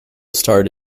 starred